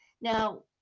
Now